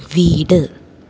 വീട്